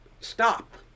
stop